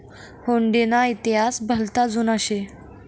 हुडी ना इतिहास भलता जुना शे